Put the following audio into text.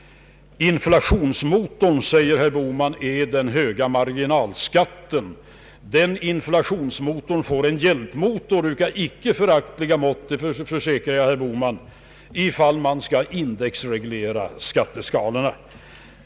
Inflationsmotorn, säger herr Bohman, är den höga marginalskatten. Men den inflationsmotorn får en hjälpmotor av icke föraktliga mått, det kan jag försäkra herr Bohman, ifall man indexreglerar skatteskalorna.